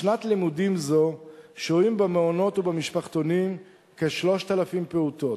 בשנת לימודים זו שוהים במעונות ובמשפחתונים כ-3,000 פעוטות,